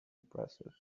impressive